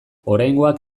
oraingoak